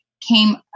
came